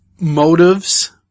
motives